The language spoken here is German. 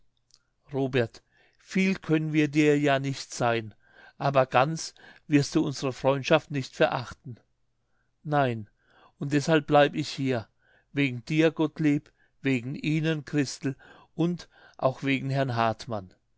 robert viel können wir dir ja nich sein aber ganz wirst du unsre freundschaft nich verachten nein und deshalb bleib ich hier wegen dir gottlieb wegen ihnen christel und auch wegen herrn hartmann